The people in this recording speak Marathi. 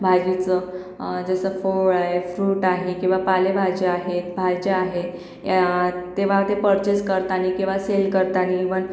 भाजीचं जसं फळ आहे फ्रूट आहे किंवा पालेभाज्या आहेत भाज्या आहे तेव्हा ते परचेस करताना किंवा सेल करताना ईवन